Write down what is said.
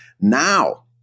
Now